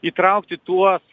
įtraukti tuos